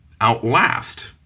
outlast